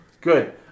Good